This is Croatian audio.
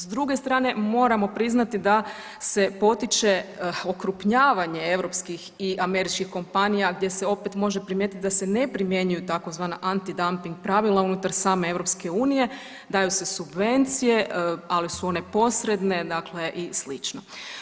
S druge strane moramo priznati da se potiče okrupnjavanje europskih i američkih kompanija gdje se opet može primijetiti da se ne primjenjuju tzv. anti dumping pravila unutar same EU, daju su subvencije, ali su one posredne dakle i slično.